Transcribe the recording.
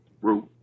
Root